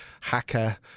hacker